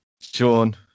Sean